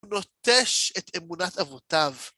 הוא נוטש את אמונת אבותיו.